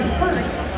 first